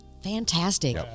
fantastic